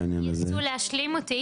תרצה להשלים אותי